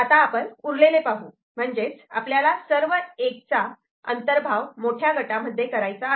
आता आपण उरलेले पाहू म्हणजे आपल्याला सर्व 1 चा अंतर्भाव मोठ्या गटामध्ये करायचा आहे